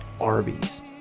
Arby's